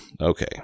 okay